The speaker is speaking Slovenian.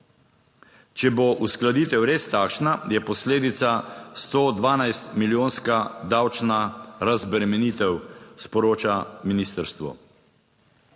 Če bo uskladitev res takšna, je posledica 112 milijonska davčna razbremenitev, sporoča ministrstvo.